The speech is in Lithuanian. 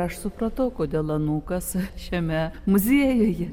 aš supratau kodėl anūkas šiame muziejuje